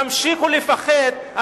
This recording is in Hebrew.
תמשיכו לפחד,